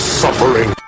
suffering